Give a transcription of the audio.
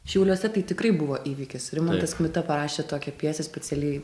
šiauliuose tai tikrai buvo įvykis rimantas kmita parašė tokią pjesę specialiai